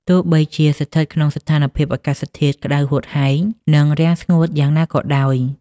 ទោះបីជាស្ថិតក្នុងស្ថានភាពអាកាសធាតុក្ដៅហួតហែង និងរាំងស្ងួតយ៉ាងណាក៏ដោយ។